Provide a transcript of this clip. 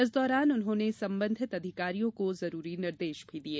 इस दौरान उन्होंने संबधित अधिकारियों को जरूरी निर्देश भी दिये